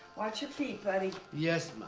watch your feet buddy. yes